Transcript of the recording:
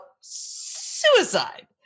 suicide